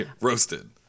roasted